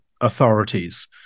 authorities